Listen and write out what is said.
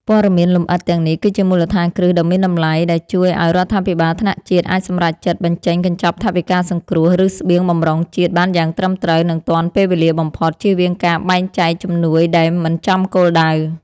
ព័ត៌មានលម្អិតទាំងនេះគឺជាមូលដ្ឋានគ្រឹះដ៏មានតម្លៃ ដែលជួយឱ្យរដ្ឋាភិបាលថ្នាក់ជាតិអាចសម្រេចចិត្តបញ្ចេញកញ្ចប់ថវិកាសង្គ្រោះ ឬស្បៀងបម្រុងជាតិបានយ៉ាងត្រឹមត្រូវ និងទាន់ពេលវេលាបំផុត ជៀសវាងការបែងចែកជំនួយដែលមិនចំគោលដៅ។